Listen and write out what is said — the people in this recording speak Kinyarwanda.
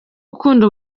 ukunda